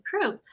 proof